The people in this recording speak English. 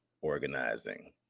organizing